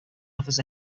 offers